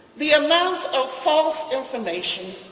the amount of false information,